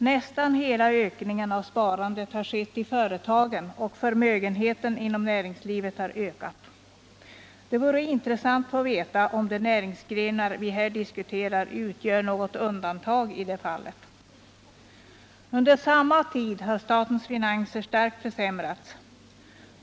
Nästan hela ökningen av sparandet har skett i företagen, och förmögenheten inom näringslivet har ökat. Det vore intressant att få veta om de näringsgrenar vi här diskuterar utgör något undantag i det fallet. Under samma tid har statens finanser starkt försämrats.